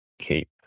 keep